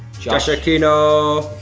josh aquino.